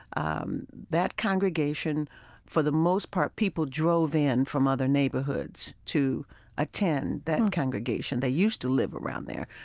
um that congregation for the most part people drove in from other neighborhoods to attend that congregation. they used to live around there.